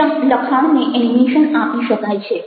જ્યાં લખાણને એનિમેશન આપી શકાય છે